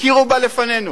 הכירו בה לפנינו.